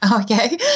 Okay